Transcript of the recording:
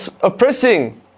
oppressing